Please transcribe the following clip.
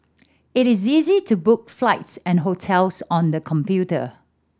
it is easy to book flights and hotels on the computer